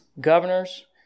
governors